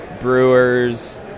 brewers